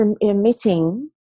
emitting